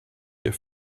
hier